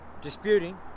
disputing